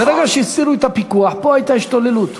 ברגע שהסירו את הפיקוח הייתה פה השתוללות.